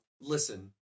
listen